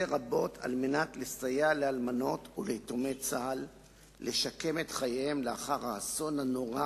רבות לסייע לאלמנות וליתומי צה"ל לשקם את חייהם לאחר האסון הנורא